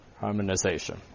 harmonization